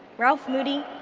ralph moody,